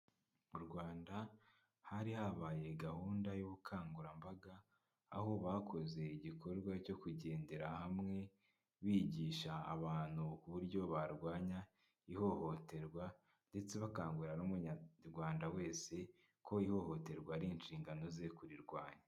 Mu Rwanda hari habaye gahunda y'ubukangurambaga, aho bakoze igikorwa cyo kugendera hamwe, bigisha abantu uburyo barwanya ihohoterwa ndetse bakangurira n'umunyarwanda wese ko, ihohoterwa ari inshingano ze kurirwanya.